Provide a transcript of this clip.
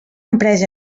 empresa